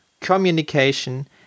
communication